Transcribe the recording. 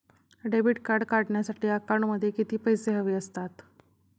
Debit card काढण्यासाठी अकाउंटमध्ये किती पैसे हवे असतात?